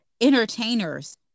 entertainers